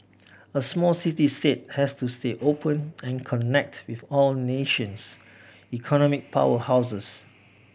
a small city state has to stay open and connect with all nations economic powerhouses